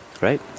Right